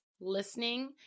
listening